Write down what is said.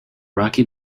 rocky